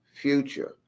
future